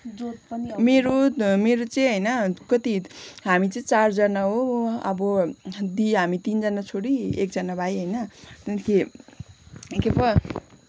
मेरो मेरो चाहिँ होइन कति हामी चाहिँ चारजना हो अब दि हामी तिनजना छोरी एकजना भाइ होइन त्यहाँदेखि के पो